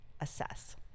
assess